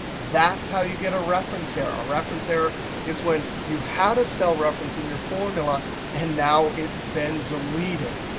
that's how you get a reference error. a reference error is when you had a cell reference in your formula and now it's been deleted.